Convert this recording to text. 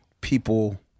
people